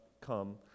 come